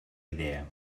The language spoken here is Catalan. idea